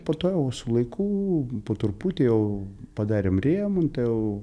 po to jau su laiku po truputį jau padarėm rėmontą jau